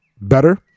better